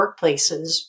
workplaces